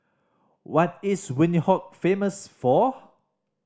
what is Windhoek famous for